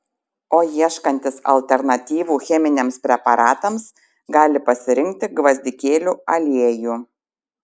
o ieškantys alternatyvų cheminiams preparatams gali pasirinkti gvazdikėlių aliejų